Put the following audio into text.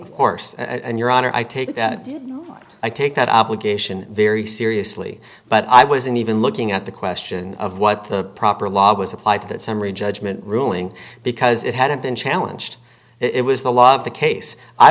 of course and your honor i take that you know i take that obligation very seriously but i wasn't even looking at the question of what the proper law was applied to that summary judgment ruling because it hadn't been challenged it was the law of the case i